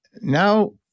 Now